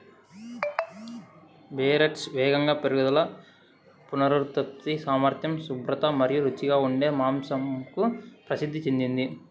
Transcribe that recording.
Berkshires వేగంగా పెరుగుదల, పునరుత్పత్తి సామర్థ్యం, శుభ్రత మరియు రుచిగా ఉండే మాంసంకు ప్రసిద్ధి చెందింది